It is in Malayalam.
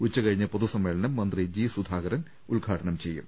ഉച്ചകഴിഞ്ഞ് പൊതു സമ്മേളനം മന്ത്രി ജി സുധാകരൻ ഉദ്ഘാടനം ചെയ്യും